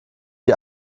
die